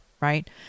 right